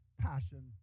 passion